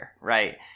right